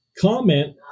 comment